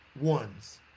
ones